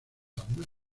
armas